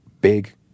big